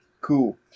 Cool